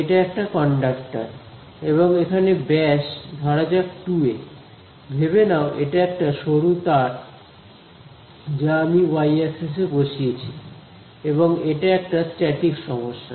এটা একটা কন্ডাক্টর এবং এখানে ব্যাস ধরা যাক 2a ভেবে নাও এটা একটা সরু তার যা আমি ওয়াই এক্সিসে বসিয়েছি এবং এটা একটা স্ট্যাটিক সমস্যা